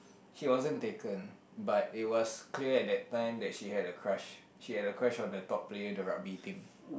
she wasn't taken but it was clear at that time that she had a crush she had a crush on the top player in the rugby team